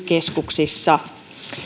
keskuksissa